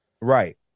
right